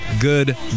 good